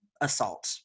assault